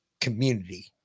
community